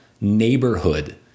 neighborhood